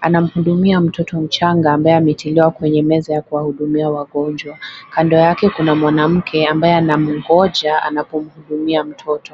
Anamhudumia mtoto mchanga ambaye ametiliwa kwenye meza ya kuwahudumia wagonjwa. Kando yake kuna mwanamke ambaye anamngoja anapomhudumia mtoto.